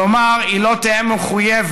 כלומר היא לא תהא מחויבת,